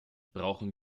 brauchen